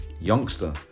youngster